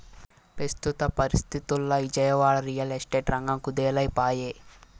పెస్తుత పరిస్తితుల్ల Vijayawada, real estate రంగం కుదేలై పాయె